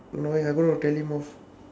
annoying i'm gonna tell him off